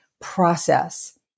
process